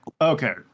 Okay